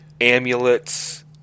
amulets